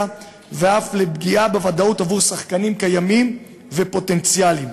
ואף לפגיעה בוודאות עבור שחקנים קיימים ופוטנציאליים.